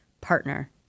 partner